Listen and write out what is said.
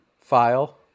file